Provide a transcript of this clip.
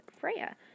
Freya